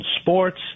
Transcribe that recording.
sports